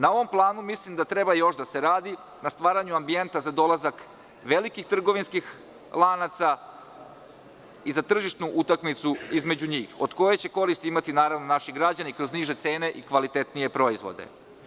Na ovom planu mislim da treba još da se radi, na stvaranju ambijenta za dolazak velikih trgovinskih lanaca i za tržišnu utakmicu između njih, od koje će korist imati naši građani kroz niže cene i kvalitetnije proizvode.